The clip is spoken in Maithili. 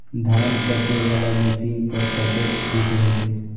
धान कटे वाला मशीन पर कतेक छूट होते?